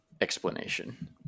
explanation